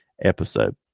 episode